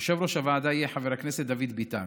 יושב-ראש הוועדה יהיה חבר הכנסת דוד ביטן.